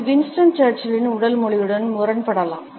இது வின்ஸ்டன் சர்ச்சிலின் உடல் மொழியுடன் முரண்படலாம்